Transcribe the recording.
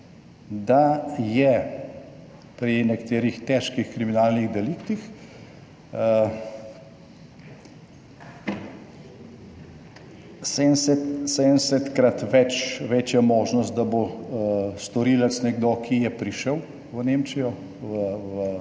da je pri nekaterih težkih kriminalnih deliktih 70-krat večja možnost, da bo storilec nekdo, ki je prišel v Nemčijo